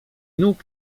nóg